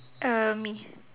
uh me